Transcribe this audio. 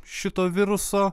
šito viruso